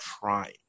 trying